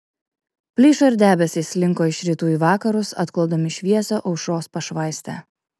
plyšo ir debesys slinko iš rytų į vakarus atklodami šviesią aušros pašvaistę